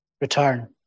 return